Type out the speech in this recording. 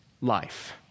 life